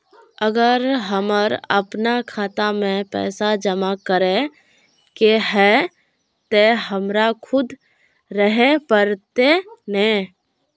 अगर हमर अपना खाता में पैसा जमा करे के है ते हमरा खुद रहे पड़ते ने?